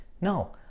No